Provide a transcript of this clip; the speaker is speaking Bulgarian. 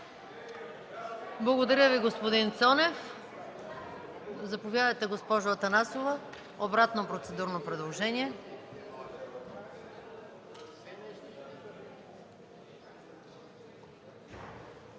Благодаря Ви, господин Цонев. Заповядайте, госпожо Атанасова – обратно процедурно предложение.